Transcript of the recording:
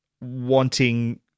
wanting